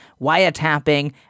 wiretapping